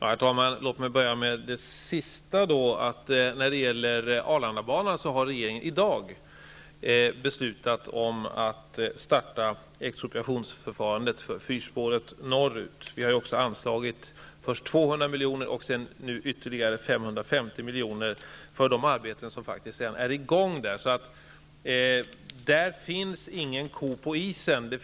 Herr talman! Låt mig börja med det som Stig Rindborg sade sist. När det gäller Arlandabanan har regeringen i dag fattat beslut om att starta ett expropriationsförfarande för fyrspåret norrut. Vi har först anslagit 200 milj.kr. och nu ytterligare 550 milj.kr. för de arbeten som faktiskt redan är i gång. Det finns ingen ko på isen här.